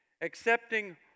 accepting